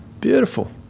Beautiful